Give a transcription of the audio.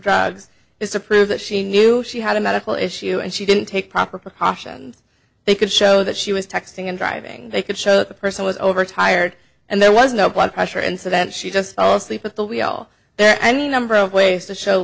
drugs is a proof that she knew she had a medical issue and she didn't take proper precautions they could show that she was texting and driving they could show that the person was overtired and there was no blood pressure and so then she just fell asleep at the wheel there are any number of ways to show